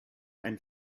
and